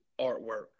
artwork